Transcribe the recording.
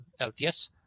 LTS